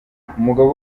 umugabo